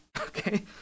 okay